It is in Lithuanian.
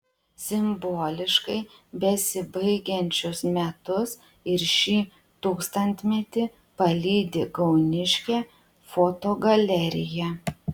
simboliškai besibaigiančius metus ir šį tūkstantmetį palydi kauniškė fotogalerija